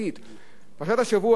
פרשת השבוע הקודמת,